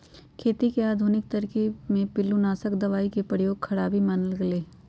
खेती के आधुनिक तरकिब में पिलुआनाशक दबाई के प्रयोग खराबी मानल गेलइ ह